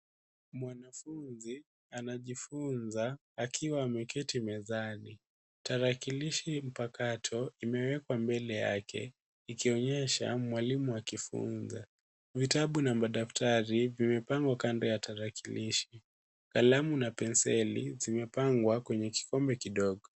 Mwanafunzi anajifunza akiwa ameketi mezani. Tarakilishi mpakato imewekwa mbele yake ikionyesha mwalimu akifunza. Vitabu na madaftari vimepangwa kando ya tarakilishi. Kalamu na penseli zimepangwa kwenye kikombe kidogo.